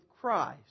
Christ